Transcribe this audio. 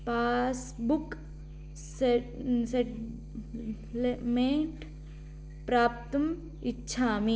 passbook से settlement प्राप्तुम् इच्छामि